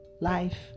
life